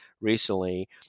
recently